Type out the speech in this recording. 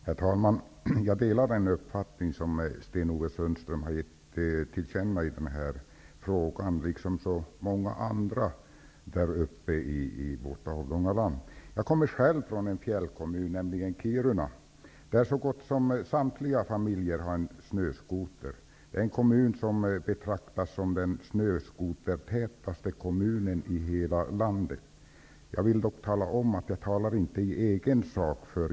Herr talman! Jag delar den uppfattning som Sten Ove Sundström har gett till känna i den här frågan. Uppfattningen delas av många i vårt avlånga lands nordligaste delar. Jag kommer själv från en fjällkommun, Kiruna, där så gott som samtliga familjer har en snöskoter. Kommunen betraktas som den snöskotertätaste kommunen i hela landet. Jag vill dock påpeka att jag inte talar i egen sak.